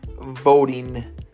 voting